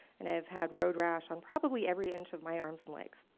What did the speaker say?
and i have had road rash on probably every inch of my arms and legs.